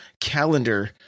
calendar